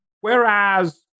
Whereas